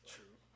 True